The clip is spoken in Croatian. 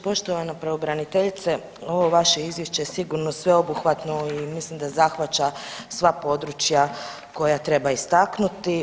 Poštovana pravobraniteljice ovo vaše izvješće je sigurno sveobuhvatno i mislim da zahvaća sva područja koja treba istaknuti.